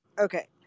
Okay